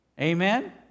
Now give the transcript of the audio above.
Amen